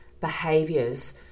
behaviors